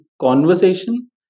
conversation